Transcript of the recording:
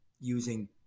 using